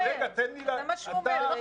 זה מה שהוא אומר.